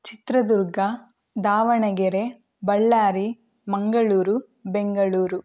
Chitradurga Davangere Ballari Mangaluru Bengaluru